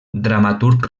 dramaturg